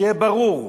שיהיה ברור.